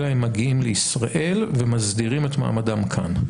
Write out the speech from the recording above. אלא הם מגיעים לישראל ומסדירים את מעמדם כאן.